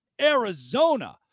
Arizona